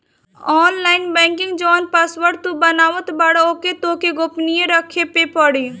online banking जवन password तू बनावत बारअ ओके तोहरा के गोपनीय रखे पे पड़ी